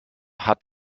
hat